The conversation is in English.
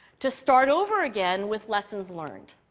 to start over again with lessons learned.